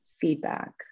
feedback